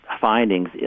findings